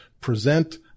present